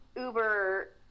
uber